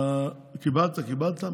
קיבלת, קיבלת.